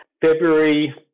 February